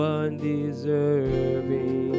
undeserving